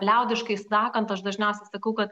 liaudiškai sakant aš dažniausiai sakau kad